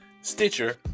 Stitcher